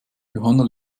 johanna